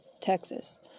Texas